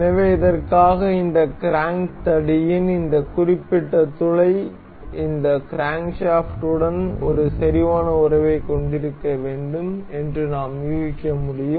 எனவே இதற்காக இந்த கிராங்க் தடியின் இந்த குறிப்பிட்ட துளை இந்த கிரான்க்ஷாப்ட் உடன் ஒரு செறிவான உறவைக் கொண்டிருக்க வேண்டும் என்று நாம் யூகிக்க முடியும்